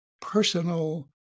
personal